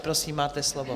Prosím, máte slovo.